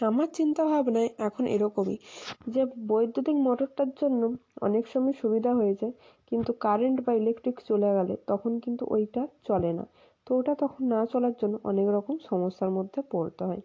আমার চিন্তা ভাবনায় এখন এরকমই যে বৈদ্যুতিক মোটরটার জন্য অনেক সময় সুবিধা হয়ে যায় কিন্তু কারেন্ট বা ইলেকট্রিক চলে গেলে তখন কিন্তু ওইটা চলে না তো ওটা তখন না চলার জন্য অনেক রকম সমস্যার মধ্যে পড়তে হয়